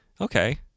okay